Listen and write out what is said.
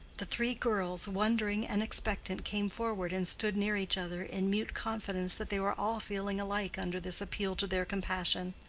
the three girls, wondering and expectant, came forward and stood near each other in mute confidence that they were all feeling alike under this appeal to their compassion.